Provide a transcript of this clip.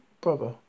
brother